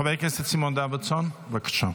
חבר הכנסת סימון דוידסון, בבקשה.